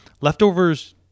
leftovers